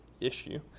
issue